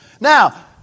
Now